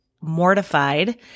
mortified